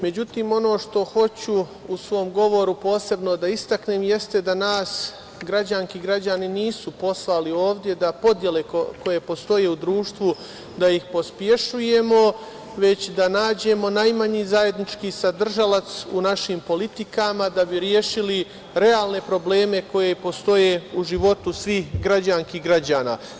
Međutim, ono što hoću u svom govoru posebno da istaknem, jeste da nas građanke i građani nisu poslali ovde da podele koje postoje u društvu da ih pospešujemo, već da nađemo najmanji zajednički sadržalac u našim politikama da bi rešili realne probleme koje postoje u životu svih građanki i građana.